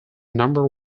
number